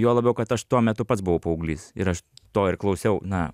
juo labiau kad aš tuo metu pats buvau paauglys ir aš to ir klausiau na